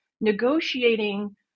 negotiating